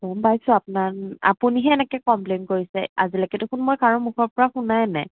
গম পাইছোঁ আপোনাৰ আপুনি হে এনেকে কমপ্লেইন কৰিছে আজিলৈকে দেখোন মই কাৰো মুখৰ পৰা শুনাই নাই